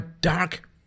dark